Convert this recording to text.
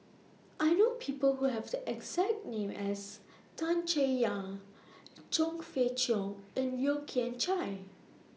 I know People Who Have The exact name as Tan Chay Yan Chong Fah Cheong and Yeo Kian Chai